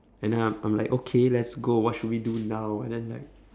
and then I'm I'm like okay let's go what should we do now and then like